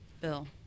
Bill